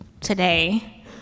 today